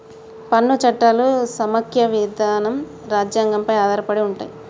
పన్ను చట్టాలు సమైక్య విధానం రాజ్యాంగం పై ఆధారపడి ఉంటయ్